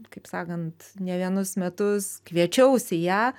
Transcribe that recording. kaip sakant ne vienus metus kviečiausi ją